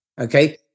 Okay